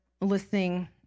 listening